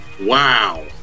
Wow